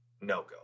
no-go